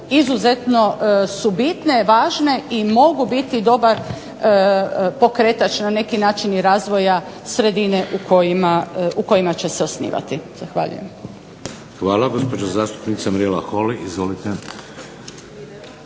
izuzetno su bitne, važne i mogu biti dobar pokretač na neki način i razvoja sredine u kojima će se osnivati. Zahvaljujem. **Šeks, Vladimir (HDZ)** Hvala. Gospođa zastupnica Mirela Holy, izvolite.